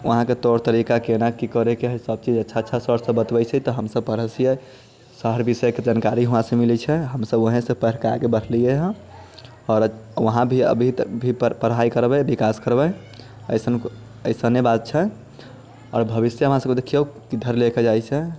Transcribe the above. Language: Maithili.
यहाँके तौर तरीका केना की करैके हय सब चीज अच्छा अच्छा सर पर बतबैत छै हमसब पढ़ैत छियै हर विषयके जानकारी हमरा सबके मिलैत छै हमसब ओएह से पढ़के आगे बढ़लियै हँ आओर वहाँ भी अभी तक भी पढ़ाइ करबे विकास करबे अइसन कोइ अइसने बात छै आओर भविष्य हमरा सबके देखिऔ किधर ले के जाइत छै